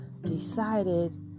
decided